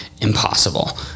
Impossible